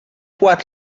what